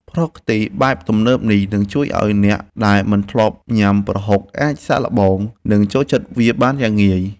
ប្រហុកខ្ទិះបែបទំនើបនេះនឹងជួយឱ្យអ្នកដែលមិនធ្លាប់ញ៉ាំប្រហុកអាចសាកល្បងនិងចូលចិត្តវាបានយ៉ាងងាយ។